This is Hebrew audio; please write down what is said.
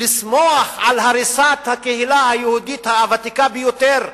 לשמוח על הריסת הקהילה היהודית הוותיקה ביותר?